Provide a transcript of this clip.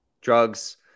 drugs